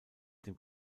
dem